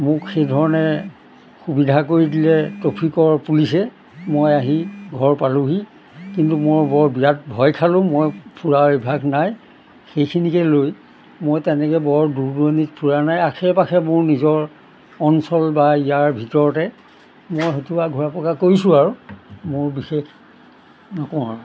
মোক সেইধৰণে সুবিধা কৰি দিলে ট্ৰেফিকৰ পুলিচে মই আহি ঘৰ পালোহি কিন্তু মই বৰ বিৰাট ভয় খালোঁ মই ফুৰা অভ্যাস নাই সেইখিনিকে লৈ মই তেনেকৈ বৰ দূৰ দূৰণিত ফুৰা নাই আশে পাশে মোৰ নিজৰ অঞ্চল বা ইয়াৰ ভিতৰতে মই ঘূৰা পকা কৰিছোঁ আৰু মোৰ বিশেষ নকওঁ আৰু